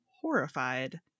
horrified